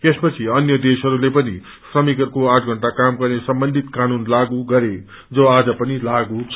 यसपछि अन्य देशहस्ते पनि श्रमिकहस्को द षण्टा काम गर्ने सम्बन्धित कानून लागू गरयो जो आज पनि लागू छ